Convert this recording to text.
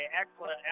Excellent